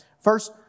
First